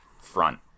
front